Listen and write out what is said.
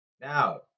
Now